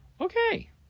Okay